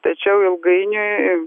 tačiau ilgainiui